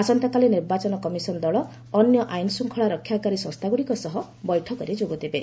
ଆସନ୍ତାକାଲି ନିର୍ବାଚନ କମିଶନ ଦଳ ଅନ୍ୟ ଆଇନ ଶ୍ରୁଙ୍ଗଳା ରକ୍ଷାକାରୀ ସଂସ୍ଥାଗୁଡ଼ିକ ସହ ବୈଠକରେ ଯୋଗ ଦେବେ